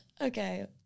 Okay